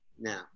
now